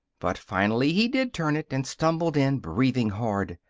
but finally he did turn it, and stumbled in, breathing hard.